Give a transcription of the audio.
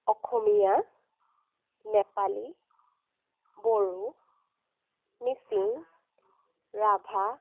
Asomiya Nepali Bodo Mising Rabha